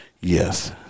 Yes